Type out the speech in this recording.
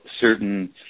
certain